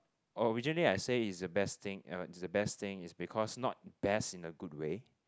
oh usually I say it's the best thing it's the best thing it's because not best in a good way